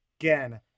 again